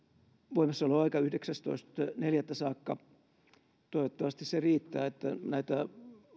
voimassaoloaika yhdeksästoista neljättä saakka ja toivottavasti se riittää näitä